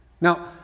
Now